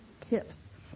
tips